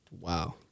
Wow